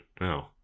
No